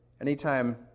anytime